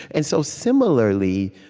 and so, similarly,